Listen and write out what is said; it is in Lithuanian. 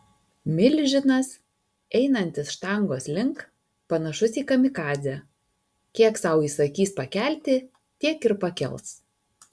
milžinas einantis štangos link panašus į kamikadzę kiek sau įsakys pakelti tiek ir pakels